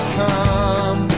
come